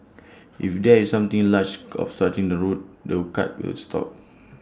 if there is something large obstructing the route the cart will stop